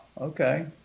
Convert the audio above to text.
okay